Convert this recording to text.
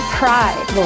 pride